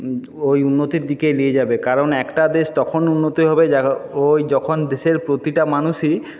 ওই উন্নতির দিকে নিয়ে যাবে কারণ একটা দেশ তখন উন্নতি হবে ওই যখন দেশের প্রতিটা মানুষই